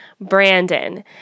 Brandon